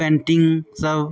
painting सभ